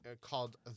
called